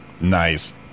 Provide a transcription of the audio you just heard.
nice